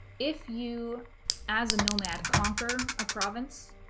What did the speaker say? if you as a nomad conquer a province,